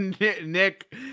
Nick